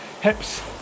hips